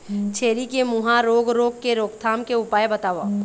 छेरी के मुहा रोग रोग के रोकथाम के उपाय बताव?